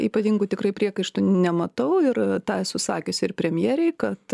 ypatingų tikrai priekaištų nematau ir tą esu sakiusi ir premjerei kad